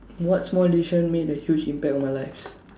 what's small decision made a huge impact on my lives